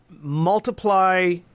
multiply